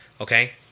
Okay